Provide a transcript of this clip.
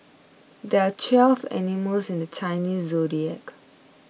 there are twelve animals in the Chinese zodiac